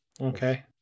Okay